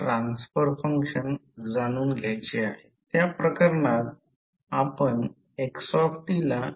तर फ्लक्स लाईनची दिशा नंतर दर्शवेल जी डीसी सर्किट व्होल्टेजच्या करंट रेसिस्टन्सशी साधर्म्य आहे ज्याला मॅग्नेटिक सर्किट असे म्हणतात